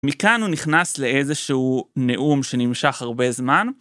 מכאן הוא נכנס לאיזשהו נאום שנמשך הרבה זמן.